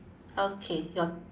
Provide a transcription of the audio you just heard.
okay your